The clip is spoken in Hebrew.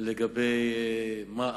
לגבי מה הלאה,